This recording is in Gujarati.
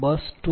u